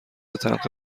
تلخ